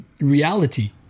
reality